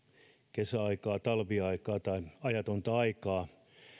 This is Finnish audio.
kesäaikaa talviaikaa tai ajatonta aikaa